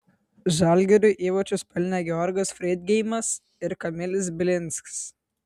žalgiriui įvarčius pelnė georgas freidgeimas ir kamilis bilinskis